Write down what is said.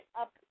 up